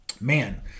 man